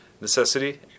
necessity